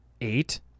eight